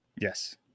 Yes